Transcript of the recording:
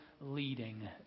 leading